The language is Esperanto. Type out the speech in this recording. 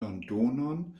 londonon